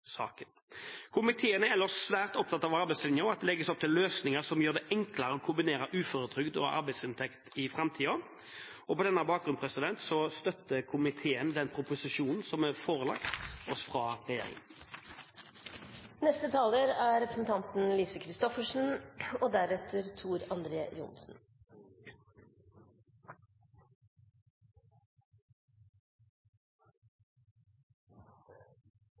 Komiteen er ellers svært opptatt av arbeidslinjen, og at det legges opp til løsninger som gjør det enklere å kombinere uføretrygd og arbeidsinntekt i framtiden. På denne bakgrunn støtter komiteen proposisjonen som er forelagt oss fra